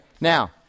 now